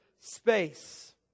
space